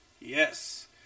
Yes